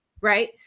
right